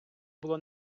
було